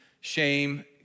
shame